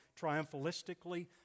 triumphalistically